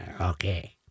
Okay